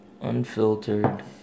unfiltered